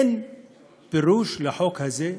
אין פירוש לחוק הזה,